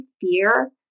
fear